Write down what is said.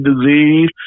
disease